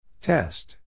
Test